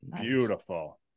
beautiful